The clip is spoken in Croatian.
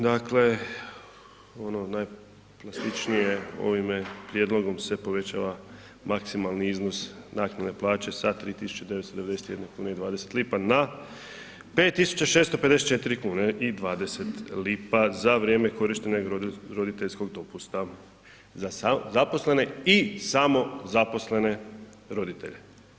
Dakle, ono najplastičnije ovime prijedlogom se povećava maksimalni iznos naknade plaće sa 3.991,20 kuna na 5.654,20 kune za vrijeme korištenja roditeljskog dopusta za zaposlene i samozaposlene roditelje.